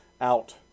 out